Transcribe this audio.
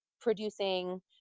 producing